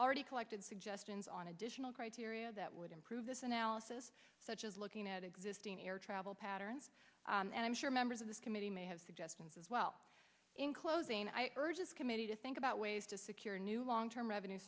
already collected suggestions on additional criteria that would improve this analysis such as looking at existing air travel patterns and i'm sure members of this committee may have suggestions as well in closing i urge this committee to think about ways to secure new long term revenue